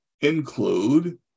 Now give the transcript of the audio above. include